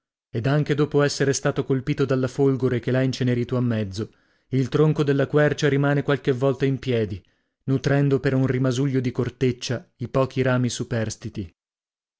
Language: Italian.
ed anche dopo essere stato colpito dalla folgore che l'ha incenerito a mezzo il tronco della quercia rimane qualche volta in piedi nutrendo per un rimasuglio di corteccia i pochi rami superstiti